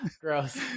gross